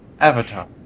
Avatar